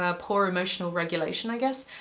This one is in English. ah poor emotional regulation, i guess,